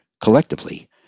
collectively